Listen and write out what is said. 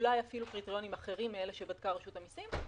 אולי אפילו קריטריונים אחרים מאלה שבדקה רשות המיסים,